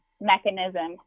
mechanism